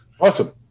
Awesome